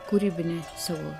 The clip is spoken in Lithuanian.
kūrybinį savo